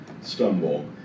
stumble